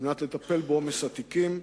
כדי לטפל בעומס התיקים.